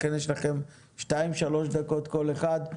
לכן יש לכם שתיים-שלוש דקות כל אחד.